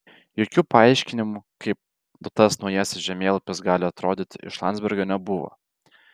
jokių paaiškinimų kaip tas naujasis žemėlapis gali atrodyti iš landsbergio nebuvo